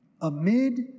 amid